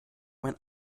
mein